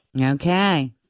Okay